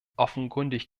offenkundig